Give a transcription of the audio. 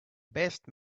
best